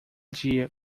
dia